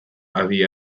adi